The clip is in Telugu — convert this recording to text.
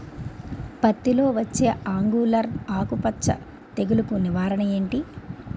పత్తి లో వచ్చే ఆంగులర్ ఆకు మచ్చ తెగులు కు నివారణ ఎంటి?